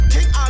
King